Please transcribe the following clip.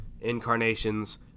incarnations